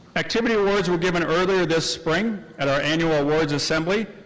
activity awards were given earlier this spring at our annual awards assembly.